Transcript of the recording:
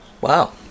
Wow